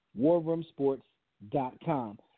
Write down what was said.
Warroomsports.com